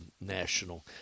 national